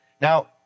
Now